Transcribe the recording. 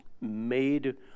made